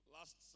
Last